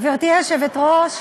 גברתי היושבת-ראש,